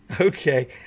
Okay